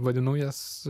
vadinu jas